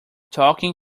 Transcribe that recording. talking